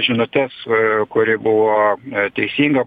žinutes kuri buvo teisinga